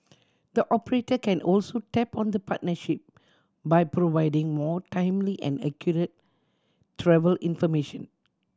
the operator can also tap on the partnership by providing more timely and accurate travel information